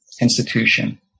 institution